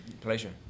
Pleasure